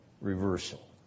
reversal